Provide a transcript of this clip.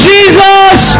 Jesus